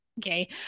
okay